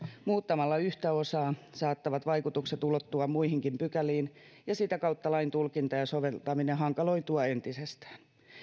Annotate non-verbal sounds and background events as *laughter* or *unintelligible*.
muuttamalla yhtä osaa saattavat vaikutukset ulottua muihinkin pykäliin *unintelligible* ja sitä kautta saattavat lain tulkinta ja soveltaminen hankaloitua entisestään